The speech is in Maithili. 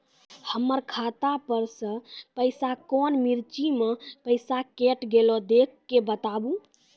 हमर खाता पर से पैसा कौन मिर्ची मे पैसा कैट गेलौ देख के बताबू?